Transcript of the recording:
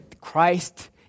Christ